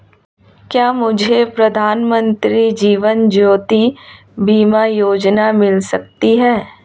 क्या मुझे प्रधानमंत्री जीवन ज्योति बीमा योजना मिल सकती है?